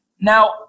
Now